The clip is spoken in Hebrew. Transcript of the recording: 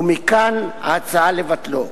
ומכאן ההצעה לבטלו.